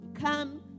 come